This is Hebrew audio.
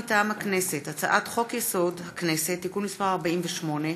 מטעם הכנסת: הצעת חוק-יסוד: הכנסת (תיקון מס' 48)